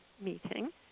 meeting